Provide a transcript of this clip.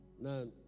Now